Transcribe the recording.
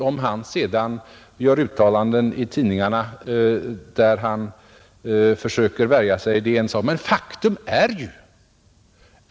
Om han sedan gör uttalanden i tidningarna där han försöker värja sig är en annan sak.